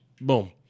Boom